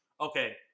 Okay